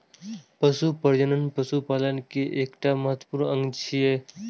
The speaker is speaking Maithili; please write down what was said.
पशु प्रजनन पशुपालन केर एकटा महत्वपूर्ण अंग छियै